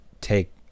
take